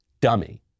dummy